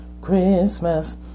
Christmas